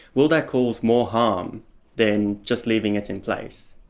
will that cause more harm than just leaving it in place?